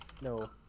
No